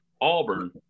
Auburn